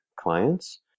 clients